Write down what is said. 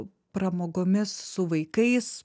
pramogomis su vaikais